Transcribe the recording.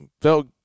felt